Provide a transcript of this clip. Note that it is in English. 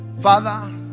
Father